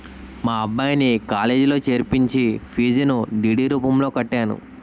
మా అబ్బాయిని కాలేజీలో చేర్పించి ఫీజును డి.డి రూపంలో కట్టాను